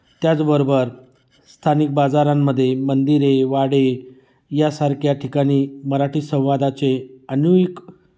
त्याचबरोबर स्थानिक बाजारांमध्ये मंदिरे वाडे यासारख्या ठिकाणी मराठी संवादाचे अनेक